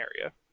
area